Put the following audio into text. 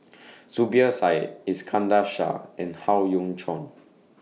Zubir Said Iskandar Shah and Howe Yoon Chong